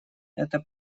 это